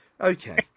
okay